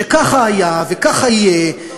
שככה היה וככה יהיה,